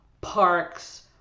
parks